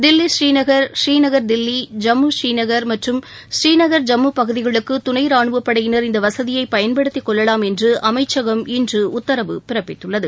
தில்லி ஸ்ரீநகர் ஸ்ரீநகர் தில்லி ஜம்மு ஸ்ரீநகர் மற்றும் ஸ்ரீநகர் ஜம்மு பகுதிகளுக்கு துணை ராணுவப்படையினர் இந்த வசதியை பயன்படுத்திக்கொள்ளலாம் என்று அமைச்சகம் இன்று உத்தரவு பிறப்பித்துள்ளது